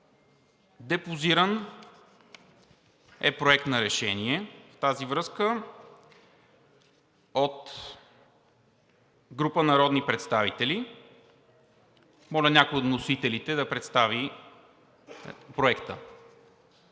Депозиран е Проект на решение в тази връзка от група народни представители. Моля някой от вносителите да представи Проекта.